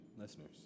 listeners